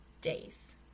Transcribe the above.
days